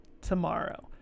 tomorrow